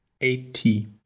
eighty